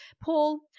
Paul